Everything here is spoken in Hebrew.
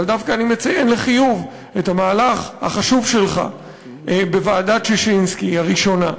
אבל אני דווקא מציין לחיוב את המהלך החשוב שלך בוועדת ששינסקי הראשונה,